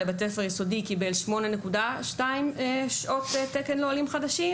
בית ספר יסודי רשמי קיבל 8.2 שעות תקן לעולים חדשים,